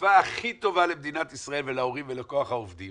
בתקופה הכי טובה למדינת ישראל ולהורים ולכוח העובדים